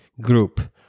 group